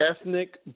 ethnic